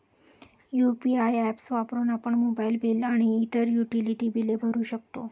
UPI apps वापरून आपण mobile bill आणि इतर युटिलिटी बिले भरू शकतो